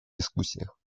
дискуссиях